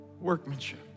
workmanship